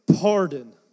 pardon